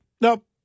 nope